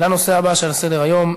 לנושא הבא שעל סדר-היום,